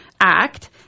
act